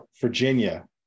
Virginia